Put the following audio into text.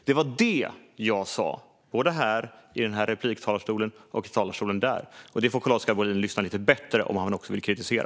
Det var det jag sa både i den här repliktalarstolen och i mitt anförande i den andra talarstolen. Carl-Oskar Bohlin får lyssna lite bättre om han vill kritisera.